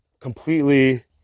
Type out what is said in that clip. completely